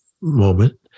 moment